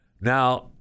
Now